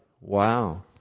Wow